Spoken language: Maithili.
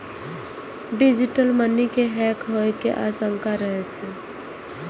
डिजिटल मनी के हैक होइ के आशंका रहै छै